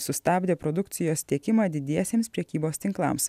sustabdė produkcijos tiekimą didiesiems prekybos tinklams